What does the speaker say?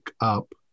up